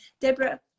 Deborah